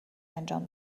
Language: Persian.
انجام